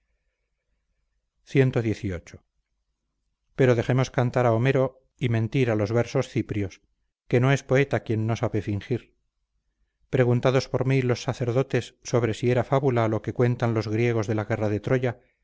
cxviii pero dejemos cantar a homero y mentir a los versos ciprios que no es poeta quien no sabe fingir preguntados por mí los sacerdotes sobre si era fábula lo que cuentan los griegos de la guerra de troya